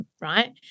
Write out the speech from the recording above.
right